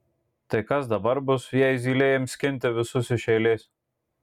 tai kas dabar bus jei zylė ims skinti visus iš eilės